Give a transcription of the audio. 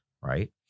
right